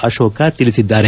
ಅಶೋಕ ತಿಳಿಸಿದ್ದಾರೆ